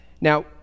Now